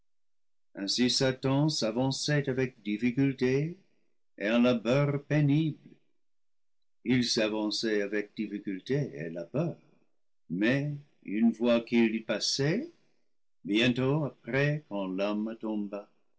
satan s'avançait avec difficulté et un labeur pénible il s'avançait avec difficulté et labeur mais une fois qu'il eut passé bientôt après quand l'homme